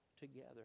together